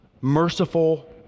merciful